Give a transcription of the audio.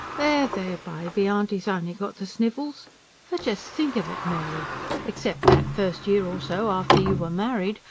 there, there, baby, auntie's only got the sniffles for just think of it, mary except that first year or so after you were married,